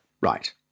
Right